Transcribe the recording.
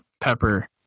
Pepper